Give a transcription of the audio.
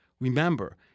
Remember